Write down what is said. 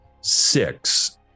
six